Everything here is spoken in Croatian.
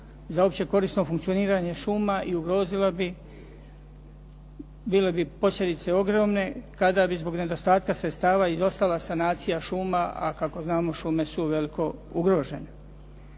za opće korisno funkcioniranje šuma i ugrozila bi, bile bi posljedice ogromne kada bi zbog nedostatka sredstava izostala sanacija šuma, a kako znamo šume su uveliko ugrožene.